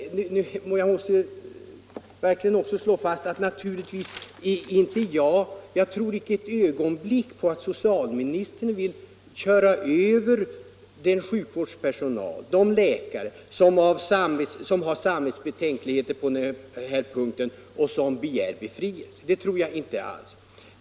Jag måste också slå fast att jag naturligtvis icke ett ögonblick tror att socialministern vill köra över de läkare och annan sjukvårdspersonal som hyser samvetsbetänkligheter i en abortsituation och begär befrielse.